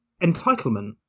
entitlement